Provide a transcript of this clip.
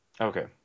Okay